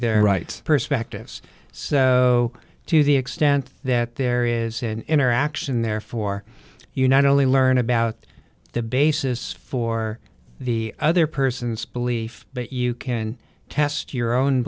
their right perspectives so to the extent that there is an interaction there for you not only learn about the basis for the other person's belief but you can test your own